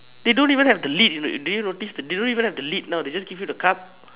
they don't even have the lid you know do you notice they don't even have the lid now they just give you the cup